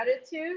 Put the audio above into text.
attitude